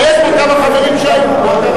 אבל יש פה כמה חברים שהיו פה.